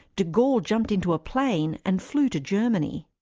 de gaulle jumped into a plane and flew to germany.